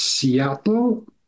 Seattle